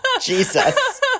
Jesus